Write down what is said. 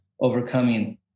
overcoming